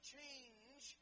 change